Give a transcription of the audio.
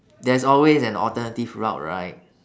there's always an alternative route right